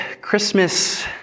Christmas